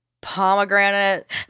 pomegranate